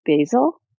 basil